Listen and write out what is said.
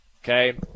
Okay